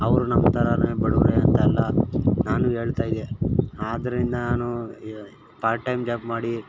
ಅವರು ನಮ್ಮ ಥರಾನೇ ಬಡವರೇ ಅಂತ ಎಲ್ಲಾ ನಾನು ಹೇಳ್ತಾ ಇದ್ದೆ ಆದ್ದರಿಂದ ನಾನು ಈ ಪಾರ್ಟ್ ಟೈಮ್ ಜಾಬ್ ಮಾಡಿ